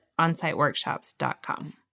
onsiteworkshops.com